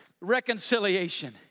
reconciliation